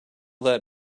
that